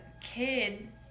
kid